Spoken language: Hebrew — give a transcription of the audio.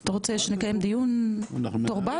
אתה רוצה שנקיים דיון מתורבת,